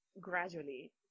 gradually